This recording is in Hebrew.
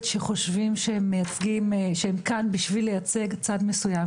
שחושבים שהם כאן בשביל לייצג צד מסוים,